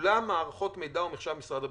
כולם מערכות מידע ומחשוב, משרד הבריאות.